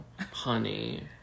honey